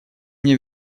мне